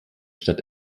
stadt